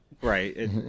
Right